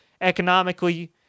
economically